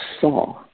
saw